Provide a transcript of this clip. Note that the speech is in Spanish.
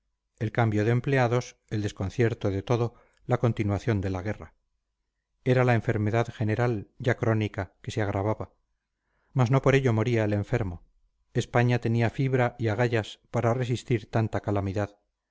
el cambio de empleados el desconcierto de todo la continuación de la guerra era la enfermedad general ya crónica que se agravaba mas no por ello moría el enfermo españa tenía fibra y agallas para resistir tanta calamidad